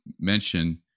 mention